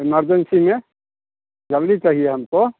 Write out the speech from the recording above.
emergency में जल्दी चाहिए हमको